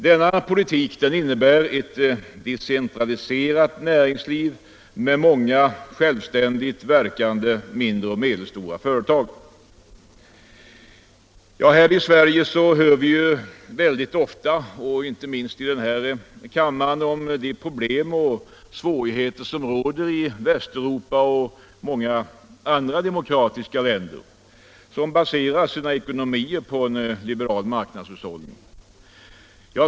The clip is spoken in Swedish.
Denna politik innebär ett decentraliserat näringsliv med många självständigt verkande mindre och medelstora företag. Här i Sverige hör vi mycket ofta — inte minst i den här kammaren —- talas om de problem och svårigheter som råder i Västeuropa och många andra demokratiska länder, som baserar sina ekonomier på en liberal marknadshushållning.